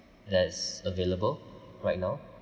that's available right now